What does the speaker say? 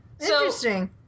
Interesting